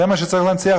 זה מה שצריך להנציח,